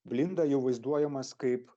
blinda jau vaizduojamas kaip